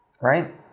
right